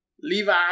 Levi